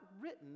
written